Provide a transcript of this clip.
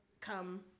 come